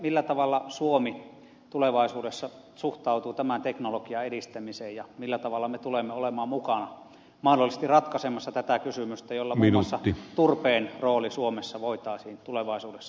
millä tavalla suomi tulevaisuudessa suhtautuu tämän teknologian edistämiseen ja millä tavalla me tulemme olemaan mukana mahdollisesti ratkaisemassa tätä kysymystä jolla muun muassa turpeen rooli suomessa voitaisiin tulevaisuudessa turvata